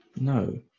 No